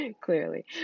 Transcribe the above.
clearly